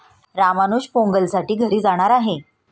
रामानुज पोंगलसाठी घरी जाणार आहे